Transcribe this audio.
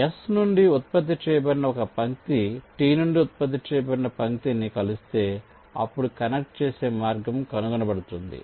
S నుండి ఉత్పత్తి చేయబడిన ఒక పంక్తి T నుండి ఉత్పత్తి చేయబడిన పంక్తిని కలుస్తే అప్పుడు కనెక్ట్ చేసే మార్గం కనుగొనబడుతుంది